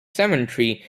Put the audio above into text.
cemetery